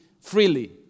freely